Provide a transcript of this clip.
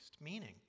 meaning